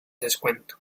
descuento